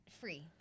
free